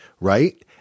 right